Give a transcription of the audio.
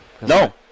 No